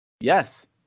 Yes